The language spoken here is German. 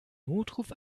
notruf